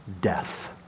Death